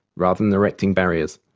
rather than erecting barriers.